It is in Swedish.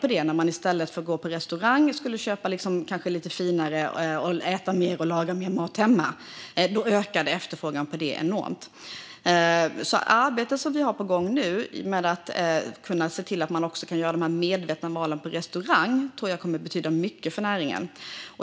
När människor i stället för att gå på restaurang ville köpa lite finare mat och laga mer mat hemma ökade efterfrågan på det enormt. Det arbete som vi har på gång nu med att se till att man också kan göra de medvetna valen på restaurang tror jag kommer att betyda mycket för näringen.